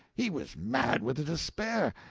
he was mad with despair,